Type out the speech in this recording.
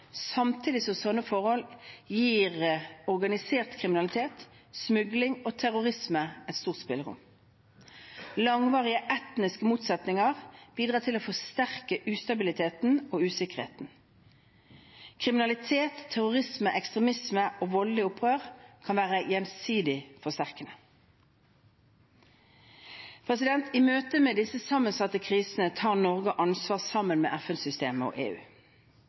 samtidig som slike forhold gir organisert kriminalitet, smugling og terrorisme et stort spillerom. Langvarige etniske motsetninger bidrar til å forsterke ustabiliteten og usikkerheten. Kriminalitet, terrorisme, ekstremisme og voldelig opprør kan være gjensidig forsterkende. I møte med disse sammensatte krisene tar Norge ansvar sammen med FN-systemet og EU.